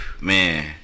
man